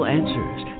answers